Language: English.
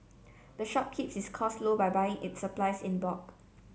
the shop keeps its costs low by buying its supplies in bulk